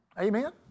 Amen